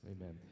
Amen